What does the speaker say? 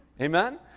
Amen